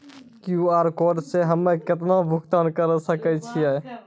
QR code से हम्मय केतना भुगतान करे सके छियै?